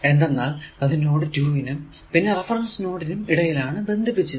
എന്തെന്നാൽ അത് നോഡ് 2 നും പിന്നെ റഫറൻസ് നോഡ് നും ഇടയിൽ ആണ് ബന്ധിപ്പിച്ചത്